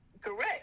correct